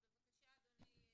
אז בבקשה אדוני,